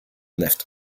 left